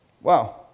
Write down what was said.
Wow